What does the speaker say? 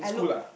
in school ah